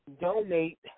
donate